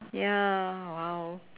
ya !wow!